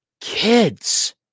kids